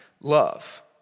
love